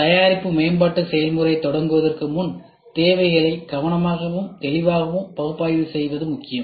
தயாரிப்பு மேம்பாட்டு செயல்முறையைத் தொடங்குவதற்கு முன் தேவைகளை கவனமாகவும் தெளிவாகவும் பகுப்பாய்வு செய்வது முக்கியம்